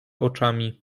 oczami